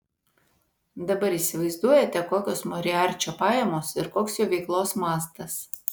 dabar įsivaizduojate kokios moriarčio pajamos ir koks jo veiklos mastas